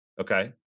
Okay